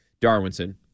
Darwinson